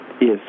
Yes